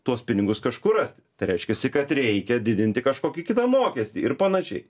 tuos pinigus kažkur rasti tai reiškiasi kad reikia didinti kažkokį kitą mokestį ir panašiai